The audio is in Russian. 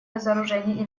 разоружения